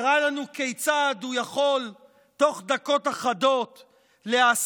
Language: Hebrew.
הראה לנו כיצד הוא יכול תוך דקות אחדות להסית,